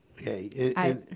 Okay